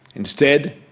instead,